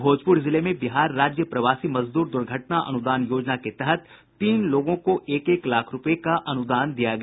भोजपुर जिले में बिहार राज्य प्रवासी मजदूर दुर्घटना अनुदान योजना के तहत तीन लोगों को एक एक लाख रुपये का अनुदान दिया गया